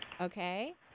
Okay